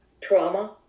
trauma